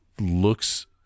looks